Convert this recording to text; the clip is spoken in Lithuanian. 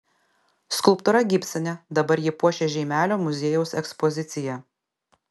skulptūra gipsinė dabar ji puošia žeimelio muziejaus ekspoziciją